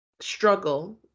struggle